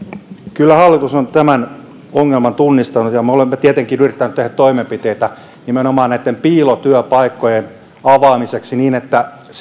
kyllä hallitus on tämän ongelman tunnistanut ja me olemme tietenkin yrittäneet tehdä toimenpiteitä nimenomaan näitten piilotyöpaikkojen avaamiseksi niin että